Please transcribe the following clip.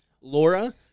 Laura